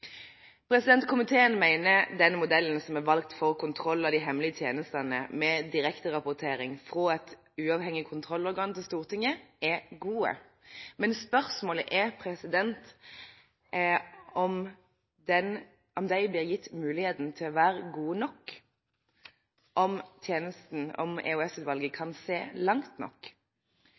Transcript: Komiteen mener den modellen som er valgt for kontroll av de hemmelige tjenestene, med direkterapportering fra et uavhengig kontrollorgan til Stortinget, er god. Men spørsmålet er om de blir gitt muligheten til å være gode nok, om EOS-utvalget kan se langt nok.